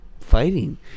fighting